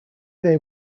they